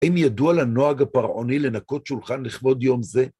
האם ידוע על נוהג הפרעוני לנקות שולחן לכבוד יום זה?